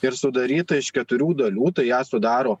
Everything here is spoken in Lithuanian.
ir sudaryta iš keturių dalių tai ją sudaro